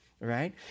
right